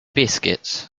biscuits